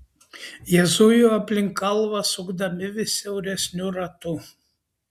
jie zujo aplink kalvą sukdami vis siauresniu ratu